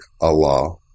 Allah